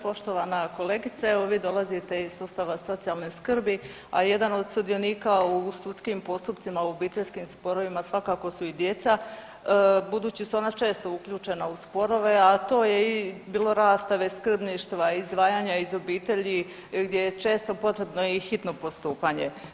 Poštovana kolegice, evo vi dolazite iz sustava socijalne skrbi, a jedan od sudionika u sudskim postupcima u obiteljskim sporovima svakako su i djeca budući su ona često uključena u sporove, a to je i bilo rastave, skrbništva, izdvajanja iz obitelji gdje je često potrebno i hitno postupanje.